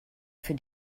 für